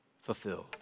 fulfilled